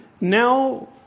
now